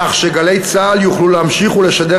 כך ש"גלי צה"ל" תוכל להמשיך ולשדר